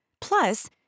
Plus